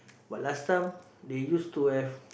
but last time they used to have